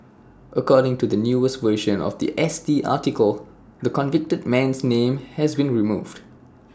according to the newest version of The S T article the convicted man's name has been removed